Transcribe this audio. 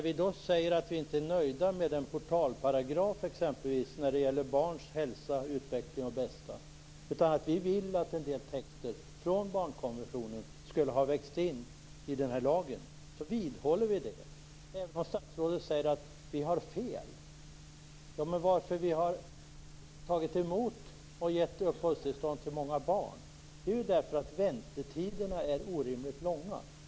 Vi är inte nöjda med portalparagrafen vad gäller barns hälsa, utveckling och bästa, utan vi menar att en del texter från barnkonventionen skulle ha vägts in i lagen. Vi vidhåller detta, även om statsrådet säger att vi har fel. Att vi har tagit emot och gett uppehållstillstånd till många barn beror ju på att väntetiderna är orimligt långa.